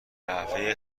نحوه